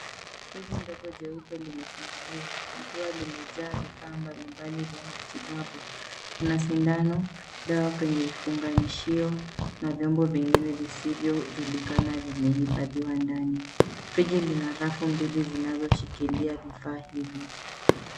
Friji ndogo jeupe limefunguliwa likiwa limejaa vifaa mbali mbali vya matibabu kuna sindano dawa kwenye vifunganishio na vyombo vingine visivyo julikana vimehifadhiwa ndani. Friji lina rafu mbili zinazo shilkilia vifaa hivyo.